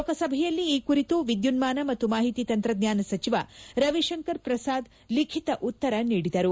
ಲೋಕಸಭೆಯಲ್ಲಿ ಈ ಕುರಿತು ವಿದ್ಯುನ್ನಾನ ಮತ್ತು ಮಾಹಿತಿ ತಂತ್ರಜ್ಞಾನ ಸಚಿವ ರವಿಶಂಕರ್ ಪ್ರಸಾದ್ ಲಿಖಿತ ಉತ್ತರ ನೀಡಿದರು